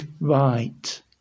right